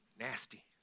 nasty